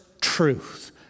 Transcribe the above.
truth